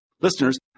listeners